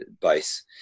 base